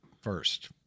first